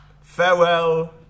Farewell